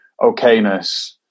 okayness